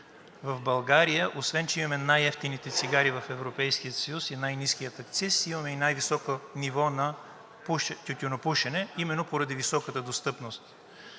В България, освен че имаме най-евтините цигари в Европейския съюз и най-ниския акциз, имаме и най-високо ниво на тютюнопушене именно поради високата достъпност.